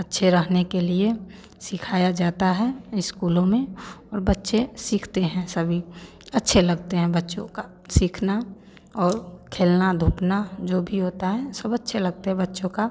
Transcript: अच्छे रहने के लिए सिखाया जाता है स्कूलों वो बच्चे सीखते हैं सभी अच्छे लगते हैं बच्चों का सीखना और खेलना धूपना जो भी होता है सब अच्छे लगते हैं बच्चों का